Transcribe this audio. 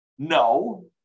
No